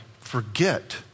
forget